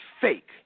fake